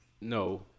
no